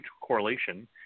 correlation